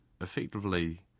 effectively